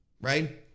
right